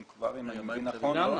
אם אני מבין נכון.